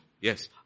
Yes